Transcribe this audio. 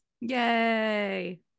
Yay